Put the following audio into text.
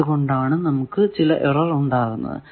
അതുകൊണ്ടാണ് നമുക്ക് ചില എറർ ഉണ്ടാകുന്നതു